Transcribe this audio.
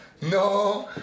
no